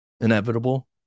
inevitable